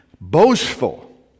boastful